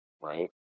Right